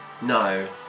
No